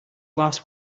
last